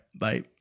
bye